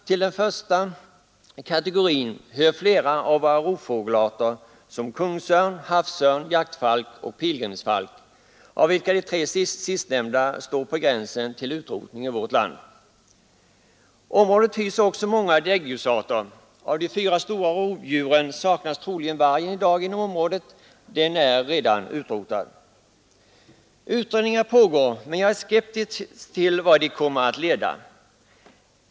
Till den första kategorin hör flera av våra rovfågelarter såsom kungsörn, havsörn, jaktfalk och pilgrimsfalk, av vilka de tre sistnämnda står på gränsen till utrotning i vårt land. Området hyser också många däggdjursarter. Av de fyra stora rovdjuren saknas troligen vargen i dag inom området. Den är redan utrotad. Utredningar pågår, men jag är skeptisk till vart de kommer att leda.